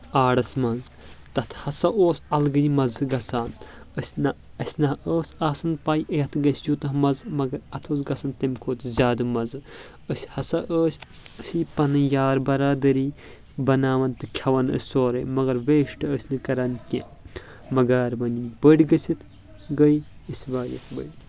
آرس منٛز تتھ ہسا اوس الگٕے مزٕ گژھان أسۍ نہ اسہِ نہ ٲس آسان پے یتھ گژھہِ یوتاہ مزٕ مگر اتھ اوس گژھان تمہِ کھۄتہٕ زیادٕ مزٕ أسۍ ہسا ٲسۍ أسی پنٕنۍ یار برادٔری بناوان تہٕ کھٮ۪وان ٲسۍ سورے مگر ویسٹ ٲسۍ نہٕ کران کینٛہہ مگر وۄنۍ بٔڑۍ گٔژھِتھ گے أسۍ واریاہ بٔڑۍ